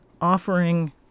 offering